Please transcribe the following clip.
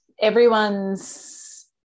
everyone's